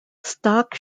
stock